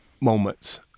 moments